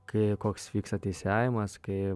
kai koks vyksta teisėjavimas kai